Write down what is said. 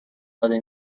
داده